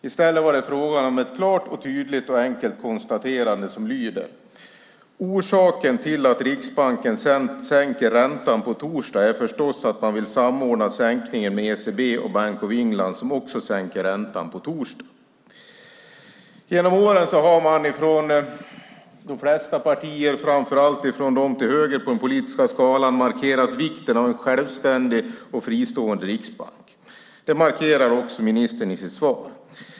I stället var det fråga om ett klart, tydligt och enkelt konstaterande som lyder: "Orsaken till att Riksbanken sänker räntan på torsdag är förstås att man vill samordna sänkningen med ECB och Bank of England, som också sänker räntan på torsdag." Genom åren har man från de flesta partier, framför allt från dem till höger på den politiska skalan, markerat vikten av en självständig och fristående riksbank. Detta markerar också ministern i sitt svar.